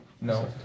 No